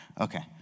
Okay